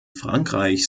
frankreich